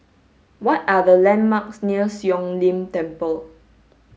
what are the landmarks near Siong Lim Temple